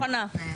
אני מוכנה.